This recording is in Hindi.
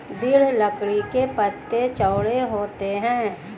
दृढ़ लकड़ी के पत्ते चौड़े होते हैं